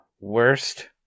worst